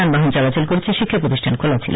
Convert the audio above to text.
যানবাহন চলাচল করেছে শিক্ষা প্রতিষ্ঠান খোলা ছিল